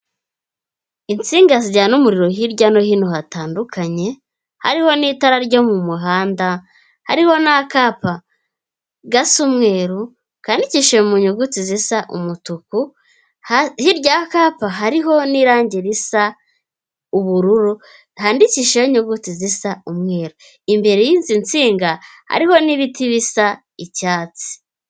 Insinga zijyana umuriro hirya no hino hatandukanye hariho n'itara ryo mu muhanda, hariho n'akapa gasa umweru kandikisheye mu nyuguti zisa umutuku. Hirya y'akapa hariho n'irangi risa ubururu handikishaho inyuguti zisa umwera imbere yinzo nsinga hariho n'ibiti bisa icyatsi.